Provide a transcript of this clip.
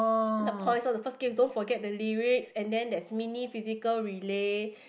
the points lor the first game is don't forget the lyrics and then there's mini physical relay